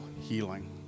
healing